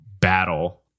battle